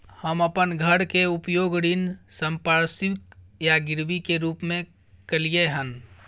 हम अपन घर के उपयोग ऋण संपार्श्विक या गिरवी के रूप में कलियै हन